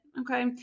Okay